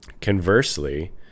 conversely